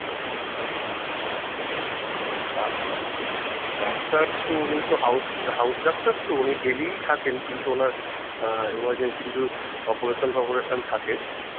ডাক ডাক্তার তো উনি তো হাউস হাউস ডাক্তার তো উনি ডেলিই থাকেন কিন্তু ওঁর এমার্জেন্সি কিছু অপরেশন টপরেশন থাকে